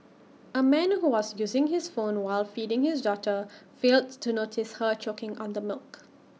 A man who was using his phone while feeding his daughter failed to notice her choking on the milk